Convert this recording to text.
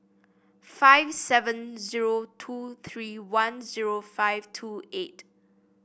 five seven zero two three one zero five two eight